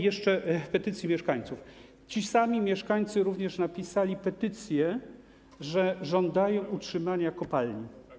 Jeszcze co do petycji mieszkańców - ci sami mieszkańcy również napisali petycję, że żądają utrzymania kopalni.